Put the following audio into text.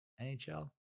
NHL